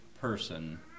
person